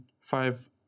five